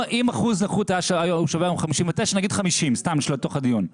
אם אחוז הנכות הוא שווה היום 59 נגיד 50% לצורך הדיון,